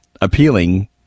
Appealing